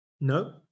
No